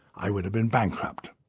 i would have been bankrupt,